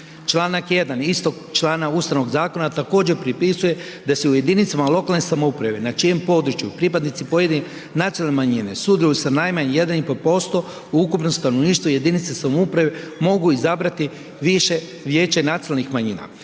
Čl. 1. istog člana Ustavnog zakona također pripisuje da se u jedinicama lokalne samouprave na čijem području pripadnici pojedinih nacionalne manjine sudjeluju sa najmanje 1,5% u ukupnom stanovništvu jedinice samouprave mogu izabrati više vijeće nacionalnih manjina.